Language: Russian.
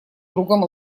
другом